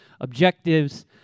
objectives